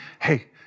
hey